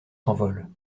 s’envolent